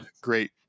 great